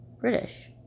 british